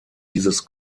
dieses